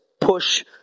push